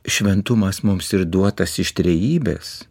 šventumas mums ir duotas iš trejybės